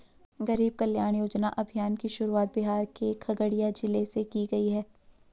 गरीब कल्याण रोजगार अभियान की शुरुआत बिहार के खगड़िया जिले से की गयी है